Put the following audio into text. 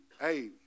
hey